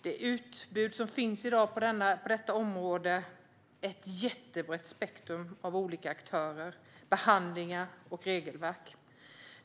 Det utbud som finns i dag på detta område har ett brett spektrum av olika aktörer, behandlingar och regelverk.